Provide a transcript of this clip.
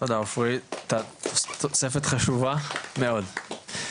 תודה עפרי, תוספת חשובה מאוד.